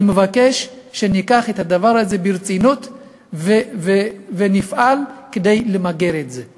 אני מבקש שניקח את הדבר הזה ברצינות ונפעל כדי למגר את זה.